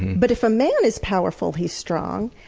but if a man is powerful, he's strong!